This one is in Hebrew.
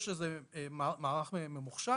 יש איזה מערך ממוחשב.